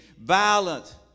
violent